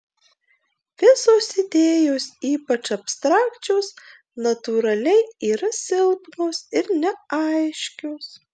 visos idėjos ypač abstrakčios natūraliai yra silpnos ir neaiškios